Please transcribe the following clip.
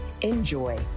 Enjoy